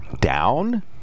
down